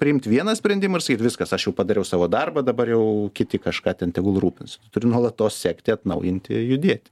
priimt vieną sprendimą ir sakyt viskas aš jau padariau savo darbą dabar jau kiti kažką ten tegul rūpinasi turi nuolatos sekti atnaujinti judėti